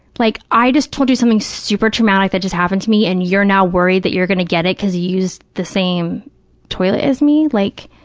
like, i just told you something super traumatic that just happened to me and you're now worried that you're going to get it because you used the same toilet as me? like,